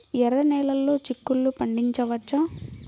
ఎర్ర నెలలో చిక్కుల్లో పండించవచ్చా?